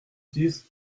dix